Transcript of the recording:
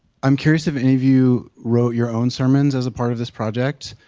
i'm curious if any of you wrote your own sermons as a part of this project?